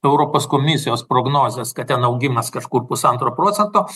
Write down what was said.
europos komisijos prognozės kad ten augimas kažkur pusantro procento